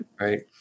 Right